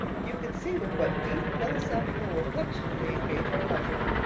you can see with what deep philosophical reflection we engage our leisure!